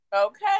Okay